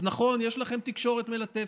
אז נכון, יש לכם תקשורת מלטפת,